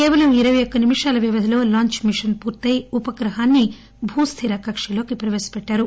కేవలం ఇరవయ్యేక్క నిమిషాల వ్యవధిలో లాంచ్ మిషన్ పూర్తయి ఉపగ్రహాన్ని భూస్థిర కక్కలోకి ప్రవేశపెట్టారు